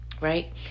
Right